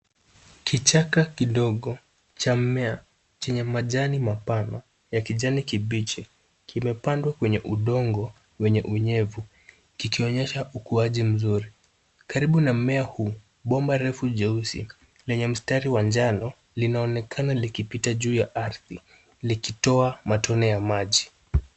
Kichaka kidogo cha mmea, chenye majani mapana ya kijani kibichi, kimepandwa kwenye udongo wenye unyevu kikionyesha ukuaji mzuri. Karibu na mmea huu, bomba refu jeusi lenye mistari wa njano linaonekana likipita juu ya ardhi likitoa matone ya maji.